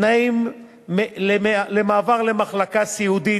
תנאים למעבר למחלקה סיעודית,